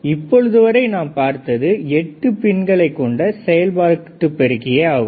இப்பொழுது வரை நாம் பார்த்தது 8 பின்களை கொண்ட செயல்பாட்டு பெருக்கியே ஆகும்